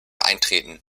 eintreten